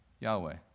Yahweh